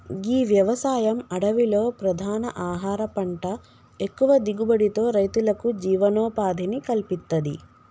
గీ వ్యవసాయం అడవిలో ప్రధాన ఆహార పంట ఎక్కువ దిగుబడితో రైతులకు జీవనోపాధిని కల్పిత్తది